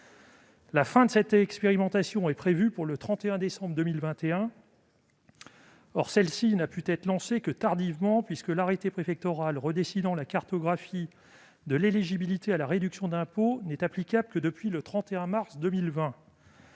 La fin de cette expérimentation est prévue pour le 31 décembre 2021. Or celle-ci n'a pu être lancée que tardivement, puisque l'arrêté préfectoral redessinant la cartographie de l'éligibilité à la réduction d'impôt n'est applicable que depuis le 31 mars 2020.